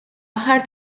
aħħar